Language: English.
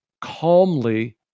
calmly